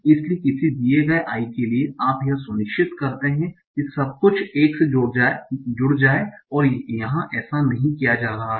इसलिए किसी दिए गए i के लिए आप यह सुनिश्चित करते हैं कि सब कुछ एक से जुड़ जाए और यहाँ ऐसा नहीं किया जा रहा है